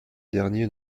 dernier